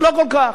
לא כל כך.